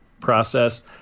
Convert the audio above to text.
process